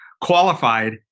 qualified